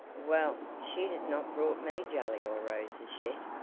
well, she has not brought me jelly or roses yet,